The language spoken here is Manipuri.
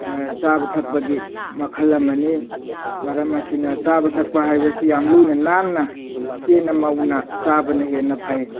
ꯆꯥꯕ ꯊꯛꯄꯒꯤ ꯃꯈꯜ ꯑꯃꯅꯤ ꯃꯔꯝ ꯑꯁꯤꯅ ꯆꯥꯕ ꯊꯛꯄ ꯍꯥꯏꯕꯁꯤ ꯌꯥꯝ ꯂꯨꯅ ꯅꯥꯟꯅ ꯀꯦꯅ ꯃꯧꯅ ꯆꯥꯕꯅ ꯍꯦꯟꯅ ꯐꯩ